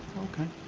okay